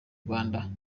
rwanda